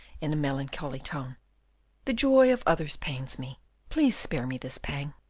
in a melancholy tone the joy of others pains me please spare me this pang.